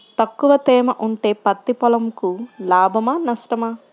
తక్కువ తేమ ఉంటే పత్తి పొలంకు లాభమా? నష్టమా?